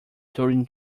during